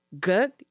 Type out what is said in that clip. good